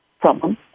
problem